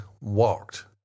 walked